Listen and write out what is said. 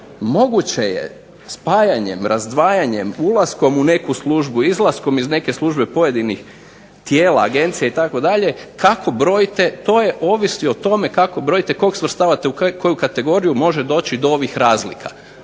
Moguće je spajanjem, razdvajanjem, ulaskom u neku službu, izlaskom iz neke službe pojedinih tijela, agencija itd. kako brojite ovisi o tome kako brojite koga svrstavate u koju kategoriju može doći do ovih razlika.